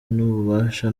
n’ububasha